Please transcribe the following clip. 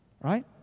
right